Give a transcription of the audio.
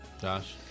Josh